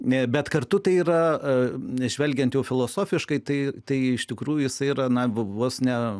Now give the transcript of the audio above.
bet kartu tai yra nes žvelgiant jau filosofiškai tai tai iš tikrųjų jisai yra na vos ne